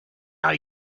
are